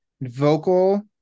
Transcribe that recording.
vocal